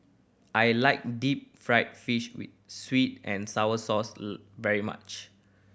I like deep fried fish with sweet and sour sauce very much